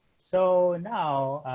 so now,